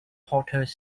potters